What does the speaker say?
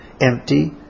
empty